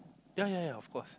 ya ya ya of course